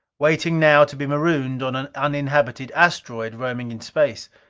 waiting now to be marooned on an uninhabited asteroid roaming in space.